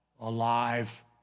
alive